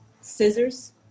scissors